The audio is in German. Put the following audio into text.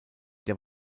der